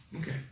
Okay